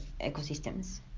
ecosystems